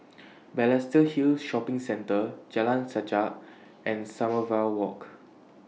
Balestier Hill Shopping Centre Jalan Sajak and Sommerville Walk